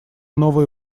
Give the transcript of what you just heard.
новые